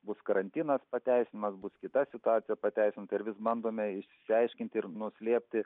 bus karantinas pateisinimas bus kita situacija pateisinta ir vis bandome išsiaiškinti ir nuslėpti